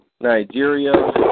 Nigeria